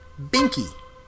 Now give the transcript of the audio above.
Binky